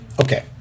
okay